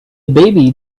baby